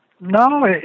no